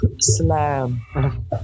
slam